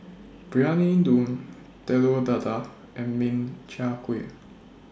Briyani Dum Telur Dadah and Min Chiang Kueh